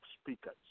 speakers